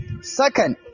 Second